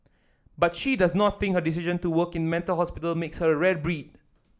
but she does not think her decision to work in the mental hospital makes her a rare breed